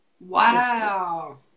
Wow